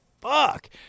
fuck